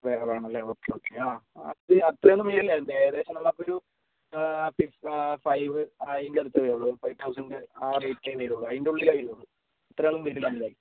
വേണായിരുന്നല്ലേ okay okay ആ അത്രേന്നും മേളിൽ ഏകദേശം നമുക്കൊരു ഫൈവ് അതിൻ്റെ അടുത്തെ വരൂള്ളു ഫൈവ് തൗസൻഡ് ആ റേറ്റേ വരുള്ളു അതിൻ്റെ ഉള്ളിലെ വരുള്ളു ഇത്രേന്നും വരില്ല